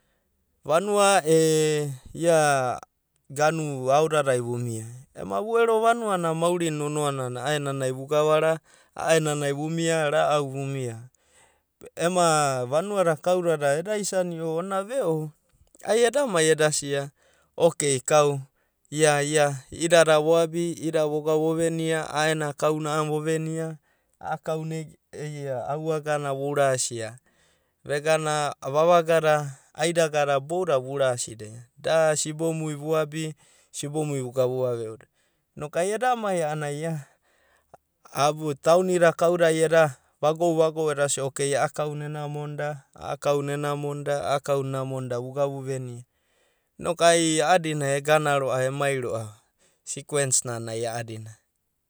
Vanua e ia ganu aodadai vumia, vu ero vanua na ana mauri na nonoa nana a'aenanai vugavara, a'aenanai vumia, ra'aunai vumia. Ema vanua da kaudada eda isanio ona ve'o ai eda mai eda sia okei kau ia ia i'idada voabi i'ida voga vovenia a'aena kauna vovenia, a'a kauna ega eia au'agana vorasia vegana vavagada, aidagada vurasida. Da sibomui vuabi, sibomui vuga vuvave'o. Inok ai eda mai a'ana ia taonida kaudada ai eda vago'uvago'u edasia okei a'a kauna ena monida. a'a kauna ena monda, a'a kau na ena monda vuga vuvenia inokai a'adina egana ro'ava emai ro'ava sikuens nana ai a'adina.